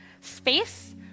space